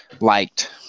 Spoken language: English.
liked